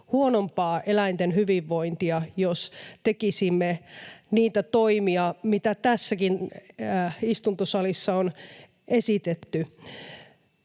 huonompaa eläinten hyvinvointia, jos tekisimme niitä toimia, mitä tässäkin istuntosalissa on esitetty,